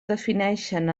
defineixen